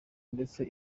ndetse